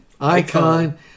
Icon